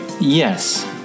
Yes